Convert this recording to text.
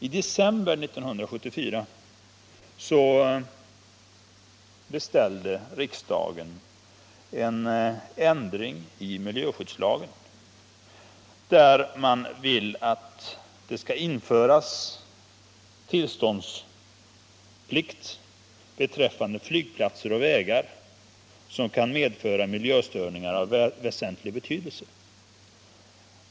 I december 1974 beställde riksdagen en ändring i miljöskyddslagen så att tillståndsplikt skulle införas beträffande flygplatser och vägar som kan medföra miljöstörningar av väsentlig betydelse.